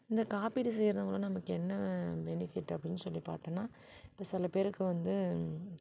இந்த காப்பீடு செய்றனாலே நமக்கு என்ன பெனிஃபிட் அப்டின்னு சொல்லி பார்த்தன்னா இப்போ சில பேருக்கு வந்து